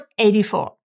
84